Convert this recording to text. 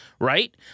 Right